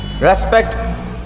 respect